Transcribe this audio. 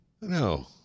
No